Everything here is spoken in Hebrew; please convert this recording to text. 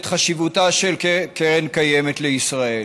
חשיבותה של קרן קיימת לישראל.